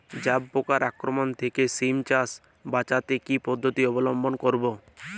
জাব পোকার আক্রমণ থেকে সিম চাষ বাচাতে কি পদ্ধতি অবলম্বন করব?